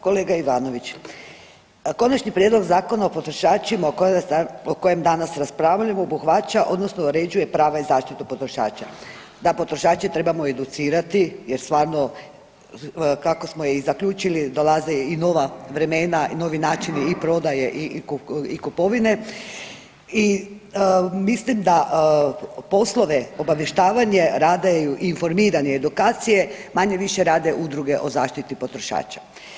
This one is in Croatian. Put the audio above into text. Kolega Ivanović, konačni prijedlog zakona o potrošačima o kojem danas raspravljamo obuhvaća odnosno uređuje prava i zaštitu potrošača, da potrošače trebamo educirati jer stvarno, kako smo i zaključili, dolaze i nova vremena i novi načini i prodaje i kupovine i mislim da poslove obavještavanja rada i informiranje i edukacije manje-više rade udruge o zaštiti potrošača.